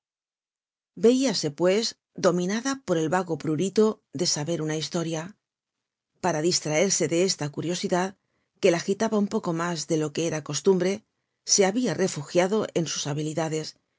at veíase pues dominada por el vago prurito de saber una historia para distraerse de esta curiosidad que la agitaba un poco mas de lo que era costumbre se habia refugiado en sus habilidades